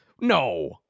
No